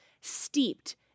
steeped